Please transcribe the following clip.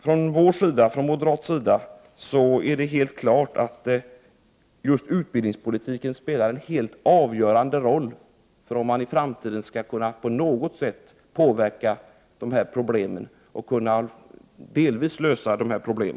Från moderat sida ser vi det som helt klart att just utbildningspolitiken spelar en helt avgörande roll för om man i framtiden på något sätt skall kunna påverka de här problemen och delvis lösa dem.